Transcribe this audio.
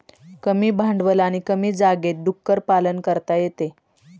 कमी भांडवल आणि कमी जागेत डुक्कर पालन करता येते